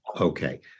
Okay